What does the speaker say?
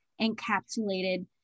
encapsulated